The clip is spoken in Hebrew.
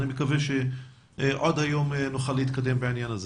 אני מקווה שעוד היום נוכל להתקדם בעניין הזה.